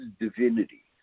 divinity